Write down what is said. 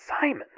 Simon